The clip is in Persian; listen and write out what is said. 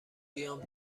بیام